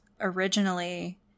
originally